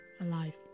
alive